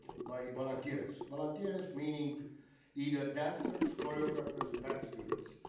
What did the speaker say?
by volunteers, volunteers meaning either dancers, choreographers, or dance students.